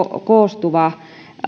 koostuva